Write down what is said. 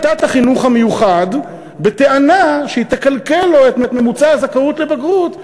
החינוך המיוחד בטענה שהיא תקלקל לו את ממוצע הזכאות לבגרות,